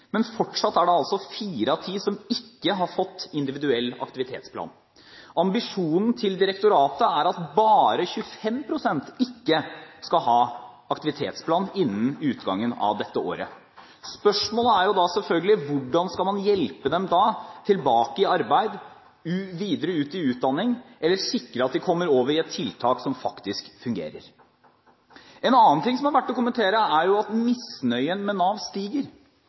men fortsatt er det altså fire av ti som ikke har fått individuell aktivitetsplan. Ambisjonen til direktoratet er at bare 25 pst. ikke skal ha aktivitetsplan innen utgangen av dette året. Spørsmålet er selvfølgelig: Hvordan skal man da hjelpe dem tilbake i arbeid, videre ut i utdanning eller sikre at de kommer over i et tiltak som faktisk fungerer? En annen ting som er verdt å kommentere, er at misnøyen med Nav stiger.